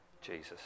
Jesus